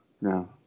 no